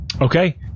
Okay